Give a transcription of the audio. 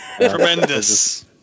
Tremendous